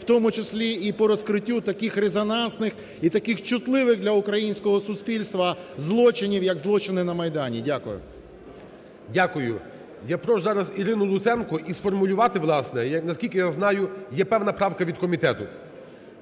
в тому числі і по розкриттю таких резонансних і таких чутливих для українського суспільства злочинів як злочини на Майдані. Дякую. ГОЛОВУЮЧИЙ. Дякую. Я прошу зараз Ірину Луценко і сформулювати, власне, наскільки я знаю є певна правка від комітету,